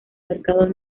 mercados